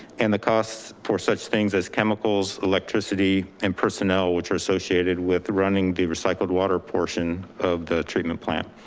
and the costs for such things as chemicals, electricity, and personnel which are associated with running the recycled water portion of the treatment plant.